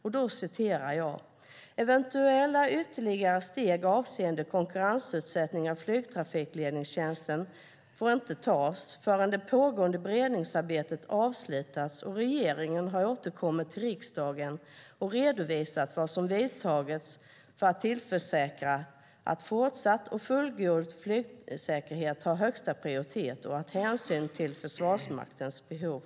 Man skrev att "eventuella ytterligare steg avseende konkurrensutsättning av flygtrafikledningstjänsten inte får tas förrän det pågående beredningsarbetet avslutats och regeringen har återkommit till riksdagen och redovisat vad som vidtagits för att tillförsäkra att fortsatt fullgod flygsäkerhet har högsta prioritet och att hänsyn tas till försvarsmaktens behov".